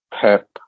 Pep